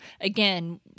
again